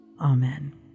Amen